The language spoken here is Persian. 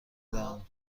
دهند